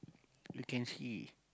you can see